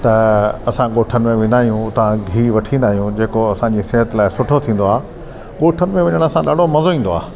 त असां ॻोठनि में वेंदा आहियूं उतां गीहु वठी ईंदा आहियूं जेको असांजे सिहतु लाइ ॾाढो सुठो थींदो आहे ॻोठनि में वञण सां ॾाढो मज़ो ईंदो आहे